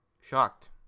shocked